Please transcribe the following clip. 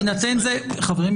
חברים,